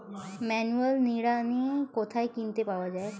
Manual নিড়ানি কোথায় কিনতে পাওয়া যায়?